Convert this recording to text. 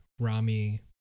rami